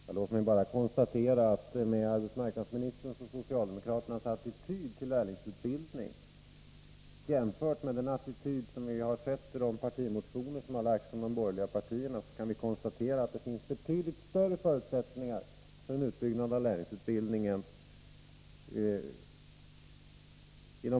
Fru talman! Låt mig bara konstatera att med tanke på arbetsmarknadsministerns och socialdemokratins attityd till lärlingsutbildning innebär de borgerliga partiernas motioner betydligt större förutsättningar för en utbyggnad av lärlingsutbildningen.